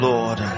Lord